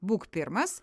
būk pirmas